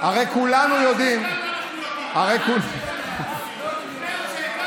הרי כולנו יודעים, רק אתה יודע, אנחנו לא יודעים.